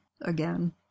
again